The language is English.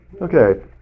Okay